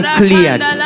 cleared